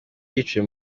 biciwe